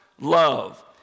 love